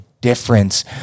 difference